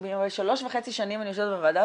שכמובן בעידן של קיצוצים רוחביים -- למשרד הבריאות?